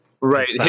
Right